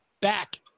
back